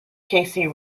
casey